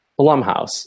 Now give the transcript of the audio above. Blumhouse